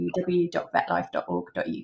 www.vetlife.org.uk